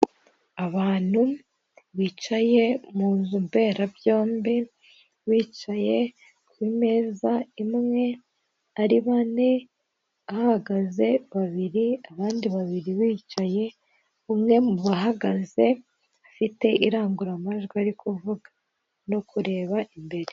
Abantu bicaye mu nzu mberabyombi, bicaye ku meza imwe ari bane, hahagaze babiri abandi babiri bicaye, umwe mu bahagaze afite irangurumajwi ari kuvuga no kureba imbere.